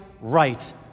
right